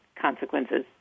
consequences